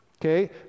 Okay